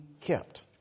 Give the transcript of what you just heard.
kept